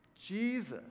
Jesus